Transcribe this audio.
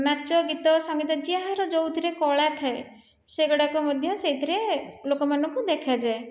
ନାଚ ଗୀତ ସଙ୍ଗୀତ ଯାହାର ଯେଉଁଥିରେ କଳା ଥାଏ ସେଗୁଡ଼ିକ ମଧ୍ୟ ସେଥିରେ ଲୋକମାନଙ୍କୁ ଦେଖାଯାଏ